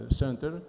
center